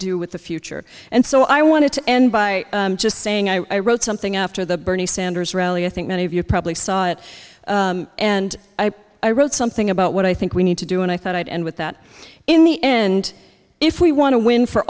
do with the future and so i wanted to end by just saying i wrote something after the bernie sanders rally i think many of you probably saw it and i wrote something about what i think we need to do and i thought i'd end with that in the end if we want to win for